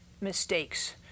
mistakes